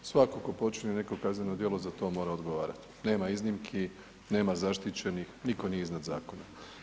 Svako ko počini neko kazneno djelo za to mora odgovarati, nema iznimki, nema zaštićenih, niko nije iznad zakona.